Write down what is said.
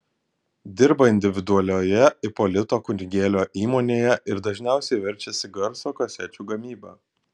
dirba individualioje ipolito kunigėlio įmonėje ir dažniausiai verčiasi garso kasečių gamyba